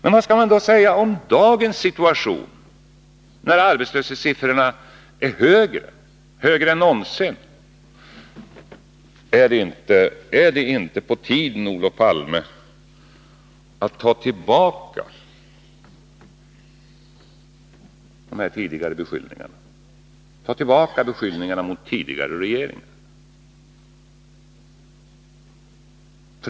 Men vad skall man då säga om dagens situation, när arbetslöshetssiffrorna är högre än någonsin? Är det inte på tiden, Olof Palme, att ta tillbaka de där beskyllningarna mot tidigare regeringar?